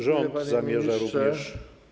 Rząd zamierza również.